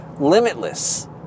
Limitless